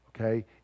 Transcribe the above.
okay